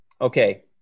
Okay